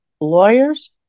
lawyers